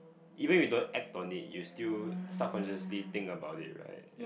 even if you don't act on it you still subconsciously think about it right